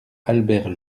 albert